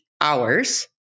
hours